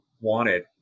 wanted